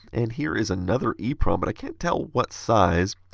and here is another eprom, but i can't tell what size.